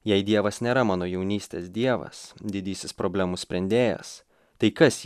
jei dievas nėra mano jaunystės dievas didysis problemų sprendėjas tai kas